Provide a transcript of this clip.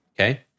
okay